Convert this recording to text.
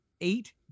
eight